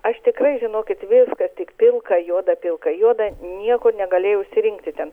aš tikrai žinokit viskas tik pilka juoda pilka juoda nieko negalėjau išsirinkti ten